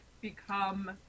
become